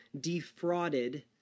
defrauded